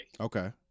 Okay